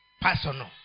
personal